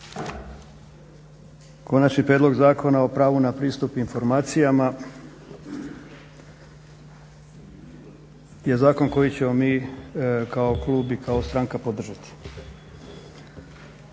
Konačni prijedlog Zakona o pravu na pristup informacijama je zakon koji ćemo mi kao klub i kao stranka podržati.